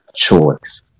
Choice